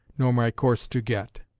nor my course to get.